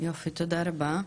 יופי, תודה רבה,